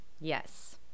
yes